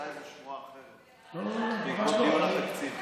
כי הייתה איזו שמועה אחרת, בעקבות דיון התקציב.